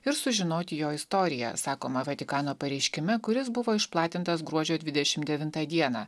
ir sužinoti jo istoriją sakoma vatikano pareiškime kuris buvo išplatintas gruodžio dvidešim devintą dieną